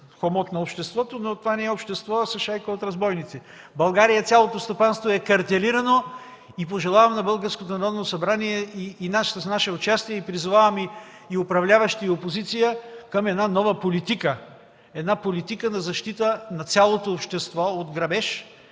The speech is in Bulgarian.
хомот на обществото”, но това не е общество, а са шайка от разбойници. В България цялото стопанство е картелирано. Пожелавам на българското Народно събрание, с наше участие, и призовавам управляващи и опозиция към една нова политика на защита на цялото общество от грабеж,